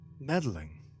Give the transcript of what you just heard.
Meddling